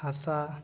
ᱦᱟᱥᱟ